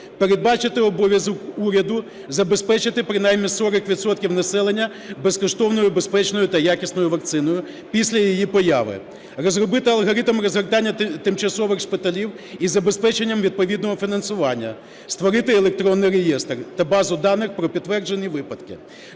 Передбачити обов'язок уряду забезпечити принаймні 40 відсотків населення безкоштовною, безпечною та якісною вакциною після її появи. Розробити алгоритм розгортання тимчасових шпиталів із забезпеченням відповідного фінансування. Створити електронний реєстр та базу даних про підтверджені випадки.